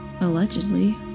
allegedly